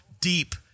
deep